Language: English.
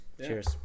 Cheers